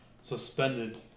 suspended